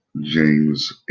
James